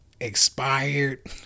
expired